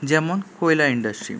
যেমন কয়লা ইন্ডাস্ট্রি